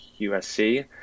USC